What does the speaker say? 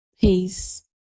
peace